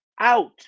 out